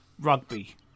rugby